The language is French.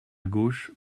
gauche